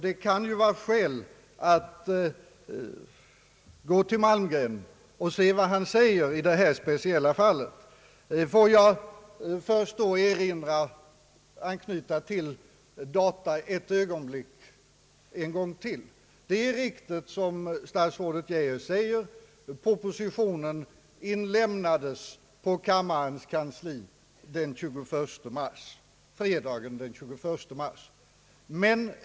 Det kan vara skäl att gå till Malmgren och se vad han säger om detta speciella fall. Låt mig först ett ögonblick anknyta till data en gång till. Det är riktigt som statsrådet Geijer säger att propositionen inlämnades till kammarens kansli fredagen den 21 mars.